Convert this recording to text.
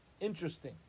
interesting